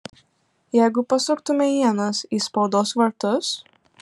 jeigu pasuktumei ienas į spaudos vartus